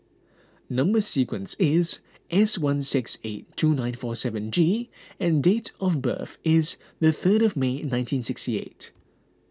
Number Sequence is S one six eight two nine four seven G and date of birth is the third of May nineteen sixty eight